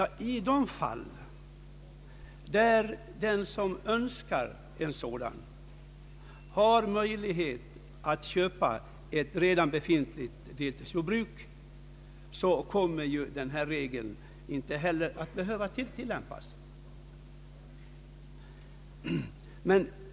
I de fall där den som önskar ett deltidsjordbruk har möjlighet att köpa ett redan befintligt sådant, kommer denna regel inte heller att behöva tillämpas.